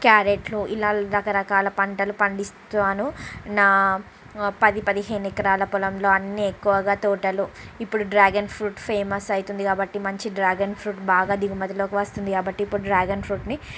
క్యారెట్లు ఇలా రకరకాల పంటలు పండిస్తాను నా పది పదిహేను ఎకరాల పొలంలో అన్ని ఎక్కువగా తోటలో ఇప్పుడు డ్రాగన్ ఫ్రూట్ ఫేమస్ అయితుంది కాబట్టి మంచి డ్రాగన్ ఫ్రూట్ బాగా దిగుమతిలోకి వస్తుంది కాబట్టి ఇప్పుడు డ్రాగన్ ఫ్రూట్ని